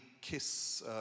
kiss